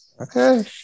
Okay